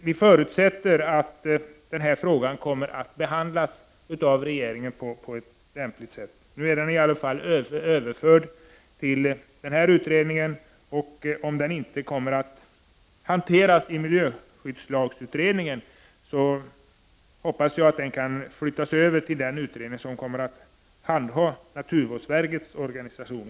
Vi förutsätter att denna fråga kommer att behandlas av regeringen på ett lämpligt sätt. Nu är den i alla fall överförd till utredningen. Om den inte kommer att hanteras av utredningen om miljöskyddslagen hoppas jag att den kan flyttas över till den utredning som kommer att handha naturvårdsverkets organisation.